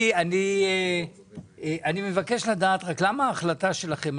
אני מבקש לדעת רק למה ההחלטה שלכם,